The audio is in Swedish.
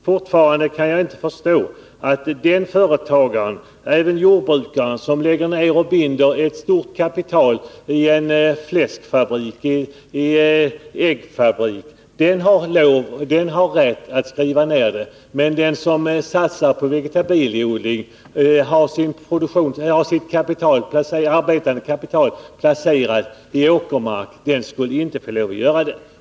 Fortfarande kan jag inte förstå att företagaren eller jordbrukaren som lägger ner och binder ett stort kapital i en fläskfabrik eller en äggfabrik skulle ha rätt att skriva ned det, men att den som satsar på vegetabilieodling och har sitt arbetande kapital placerat i åkermark inte skulle få lova att göra det.